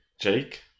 Jake